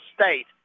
state